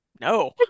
No